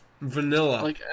Vanilla